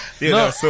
No